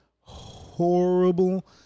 horrible